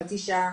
חצי שעה,